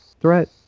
threat